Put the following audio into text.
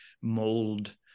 mold